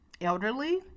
elderly